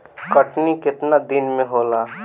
कटनी केतना दिन मे होला?